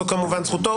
זו כמובן זכותו.